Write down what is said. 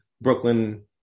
Brooklyn